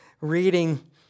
reading